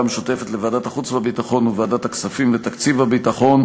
המשותפת לוועדת החוץ והביטחון וועדת הכספים לתקציב הביטחון,